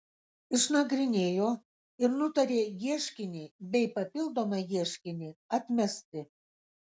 išnagrinėjo ir nutarė ieškinį bei papildomą ieškinį atmesti